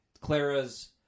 Clara's